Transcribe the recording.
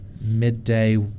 midday